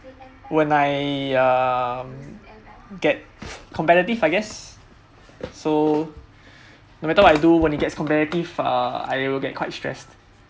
when I um get competitive I guess so no matter what I do when it gets competitive uh I will get quite stressed